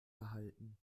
behalten